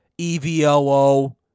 EVOO